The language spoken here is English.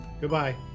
goodbye